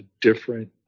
different